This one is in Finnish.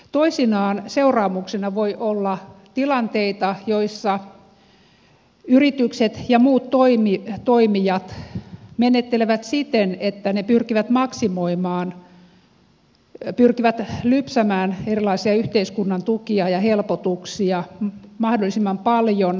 toisinaan seuraamuksena voi olla tilanteita joissa yritykset ja muut toimijat menettelevät siten että ne pyrkivät lypsämään erilaisia yhteiskunnan tukia ja helpotuksia mahdollisimman paljon